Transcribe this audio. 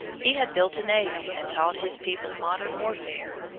he had built a navy and taught his people modern warfare.